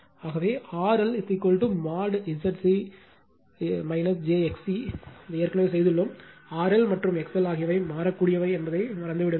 ஆகவே RLmod Zg j XC ஏற்கனவே செய்துள்ளோம் RL மற்றும் XL ஆகியவை மாறக்கூடியவை என்பதை மறந்து விடுங்கள்